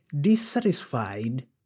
dissatisfied